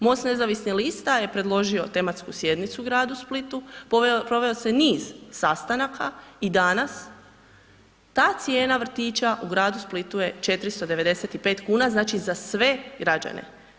MOST nezavisnih lista je predložio tematsku sjednicu u gradu Splitu, proveo se niz sastanaka i danas ta cijena vrtića u gradu Splitu je 495 kn, znači za sve građane.